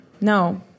No